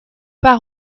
pas